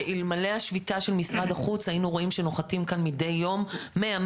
שאלמלא השביתה של משרד החוץ היינו רואים שנוחתים כאן מדיי יום מאה,